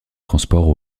transports